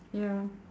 ya